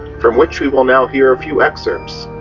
from which we will now hear a few excerpts,